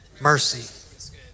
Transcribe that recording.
mercy